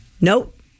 Nope